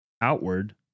outward